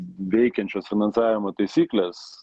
veikiančios finansavimo taisyklės